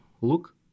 look